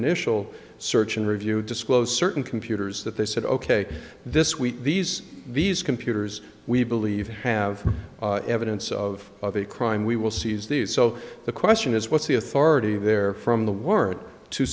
initial search and review disclosed certain computers that they said ok this week these these computers we believe have evidence of of a crime we will seize these so the question is what's the authority there from the word to